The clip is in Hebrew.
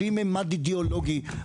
בלי ממד אידיאולוגי,